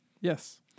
Yes